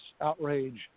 outrage